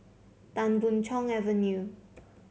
Tan Boon Chong Avenue